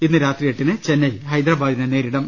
ഇന്ന് രാത്രി എട്ടിന് ചെന്നൈ ഹൈദരബാദിനെ നേരിടും